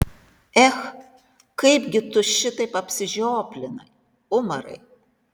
ech kaipgi tu šitaip apsižioplinai umarai